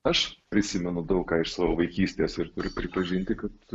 aš prisimenu daug ką iš savo vaikystės ir turiu pripažinti kad